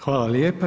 Hvala lijepa.